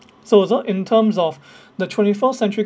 so uh so in terms of the twenty-first-century